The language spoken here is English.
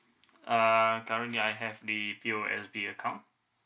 uh currently I have the P O S B account